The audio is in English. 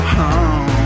home